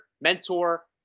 mentor